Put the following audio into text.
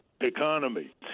economy